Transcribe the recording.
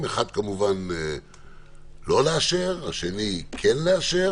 לא לאשר ולא לאשר